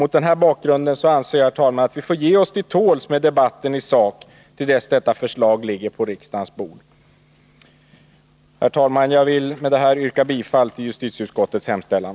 Mot den här bakgrunden anser jag att vi får ge oss till tåls med debatten i sak tills förslaget ligger på riksdagens bord. Herr talman! Jag vill med detta yrka bifall till justitieutskottets hemställan.